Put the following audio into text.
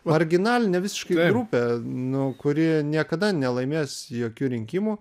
marginalinė visiškai grupė nu kuri niekada nelaimės jokių rinkimų